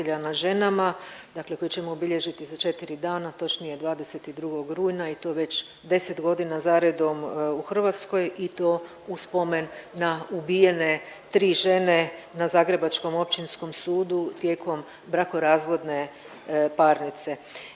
nad ženama, dakle to ćemo obilježiti za 4 dana, točnije 22. rujna i to već 10.g. zaredom u Hrvatskoj i to u spomen na ubijene 3 žene na Zagrebačkom općinskom sudu tijekom brakorazvodne parnice.